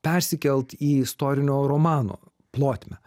persikelt į istorinio romano plotmę